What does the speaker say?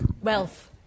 wealth